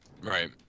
Right